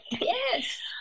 Yes